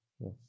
Yes